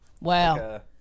Wow